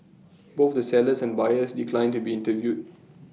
both the sellers and buyers declined to be interviewed